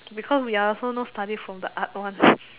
because we are also not study from the art one